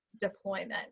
deployment